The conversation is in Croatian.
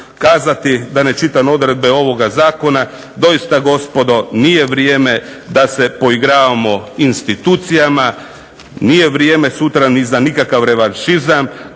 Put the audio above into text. da ne čitam odredbe ovoga zakona, doista gospodo nije vrijeme da se poigravamo institucijama, nije vrijeme sutra ni za nikakav revanšizam